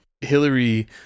Hillary